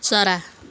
चरा